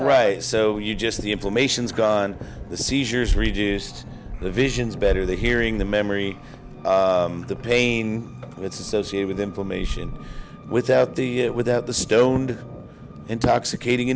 right so you just the inflammation is gone the seizures reduced the visions better the hearing the memory the pain it's associated with inflammation without the without the stoned intoxicating